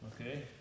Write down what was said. Okay